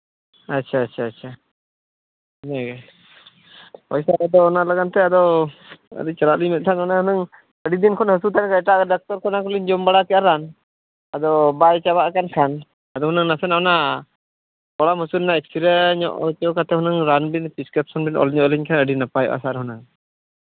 ᱟᱪᱪᱷᱟ ᱟᱪᱪᱷᱟ ᱦᱮᱸ ᱟᱪᱪᱷᱟ ᱟᱫᱚ ᱚᱱᱟ ᱞᱟᱹᱜᱤᱫ ᱛᱮ ᱟᱫᱚ ᱟᱹᱞᱤᱧ ᱪᱟᱞᱟᱜ ᱞᱤᱧ ᱢᱮᱱᱮᱫ ᱛᱟᱦᱮᱱ ᱟᱹᱰᱤ ᱫᱤᱱ ᱠᱷᱚᱱᱟᱜ ᱦᱟᱹᱥᱩ ᱛᱟᱦᱮᱸ ᱠᱟᱱᱟ ᱮᱴᱟᱜ ᱰᱟᱠᱴᱚᱨ ᱠᱷᱟᱱᱟ ᱠᱚᱨᱮᱱᱟᱜ ᱡᱚᱢ ᱵᱟᱲᱟ ᱠᱮᱫᱼᱟ ᱞᱤᱧ ᱨᱟᱱ ᱟᱫᱚ ᱵᱟᱭ ᱪᱟᱵᱟᱜ ᱠᱟᱱ ᱠᱷᱟᱱ ᱟᱫᱚ ᱚᱱᱟ ᱱᱟᱥᱮᱱᱟᱜ ᱚᱱᱟ ᱠᱚᱲᱟᱢ ᱦᱟᱹᱥᱩ ᱨᱮᱱᱟᱜ ᱮᱠᱥᱮᱨᱮ ᱧᱚᱜ ᱦᱚᱪᱚ ᱠᱟᱛᱮᱫ ᱨᱟᱱ ᱵᱤᱱ ᱯᱨᱮᱥᱠᱨᱤᱯᱥᱚᱱ ᱵᱤᱱ ᱚᱞ ᱧᱚᱜ ᱟᱹᱞᱤᱧ ᱠᱷᱟᱱ ᱟᱹᱰᱤ ᱱᱟᱯᱟᱭᱚᱜᱼᱟ ᱥᱮᱨ ᱦᱩᱱᱟᱹᱝ